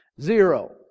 Zero